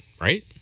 right